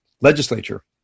legislature